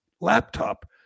laptop